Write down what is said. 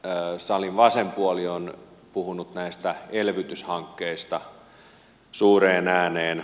elikkä salin vasen puoli on puhunut näistä elvytyshankkeista suureen ääneen